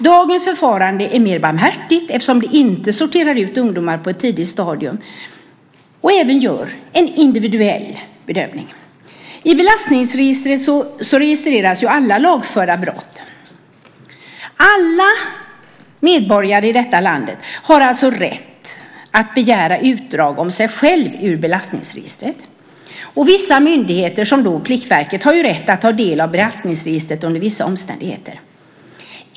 Dagens förfarande är mer barmhärtigt eftersom man inte sorterar ut ungdomar på ett tidigt stadium och även gör en individuell bedömning. I belastningsregistret registreras alla lagförda brott. Alla medborgare i detta land har alltså rätt att begära utdrag ur belastningsregistret om sig själva. Och vissa myndigheter som Pliktverket har rätt att ta del av belastningsregistret under vissa omständigheter.